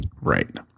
Right